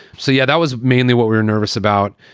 so, yeah, that was mainly what we were nervous about.